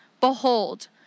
Behold